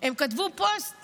הם כתבו פוסט